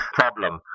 problem